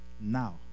Now